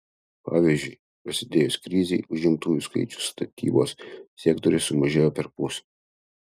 pavyzdžiui prasidėjus krizei užimtųjų skaičius statybos sektoriuje sumažėjo perpus